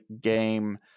game